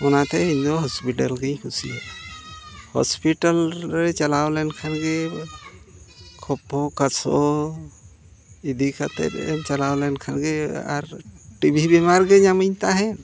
ᱚᱱᱟᱛᱮ ᱤᱧᱫᱚ ᱦᱚᱥᱯᱤᱴᱟᱞ ᱜᱤᱧ ᱠᱩᱥᱤᱭᱟᱜᱼᱟ ᱦᱚᱥᱯᱤᱴᱟᱞ ᱨᱮ ᱪᱟᱞᱟᱣ ᱞᱮᱱᱠᱷᱟᱱ ᱜᱮ ᱠᱷᱳᱠᱳ ᱠᱟᱥᱳ ᱤᱫᱤ ᱠᱟᱛᱮᱫ ᱮᱢ ᱪᱟᱞᱟᱣ ᱞᱮᱱᱠᱷᱟᱱ ᱜᱮ ᱟᱨ ᱴᱤᱵᱷᱤ ᱵᱤᱢᱟᱨ ᱜᱮ ᱧᱟᱢᱤᱧ ᱛᱟᱦᱮᱸᱫ